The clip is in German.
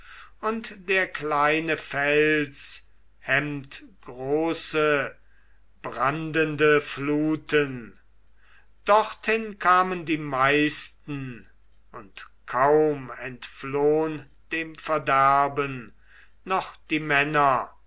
und der kleine fels hemmt große brandende fluten dorthin kamen die meisten und kaum entflohn dem verderben noch die männer